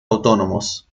autónomos